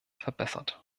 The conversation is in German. verbessert